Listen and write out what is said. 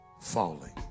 falling